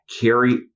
carry